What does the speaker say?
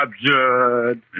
absurd